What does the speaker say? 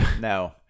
No